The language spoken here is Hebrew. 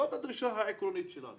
זאת הדרישה העקרונית שלנו